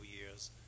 years